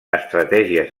estratègies